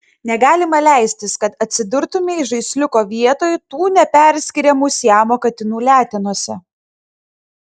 negalima leistis kad atsidurtumei žaisliuko vietoj tų neperskiriamų siamo katinų letenose